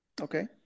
Okay